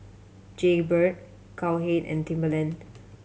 Jaybird Cowhead and Timberland